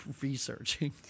researching